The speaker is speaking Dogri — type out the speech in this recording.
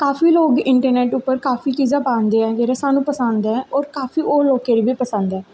काफी लोक इंटरनैट उप्पर काफी चीजां पांदे सानूं पंसद ऐ ओह् काफी होर लोकें गी बी पसंद ऐ